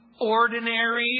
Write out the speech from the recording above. ordinary